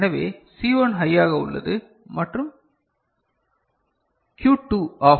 எனவே சி 1 ஹையாக உள்ளது மற்றும் Q 2 ஆஃப்